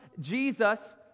Jesus